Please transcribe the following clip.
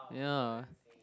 ya